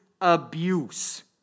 Abuse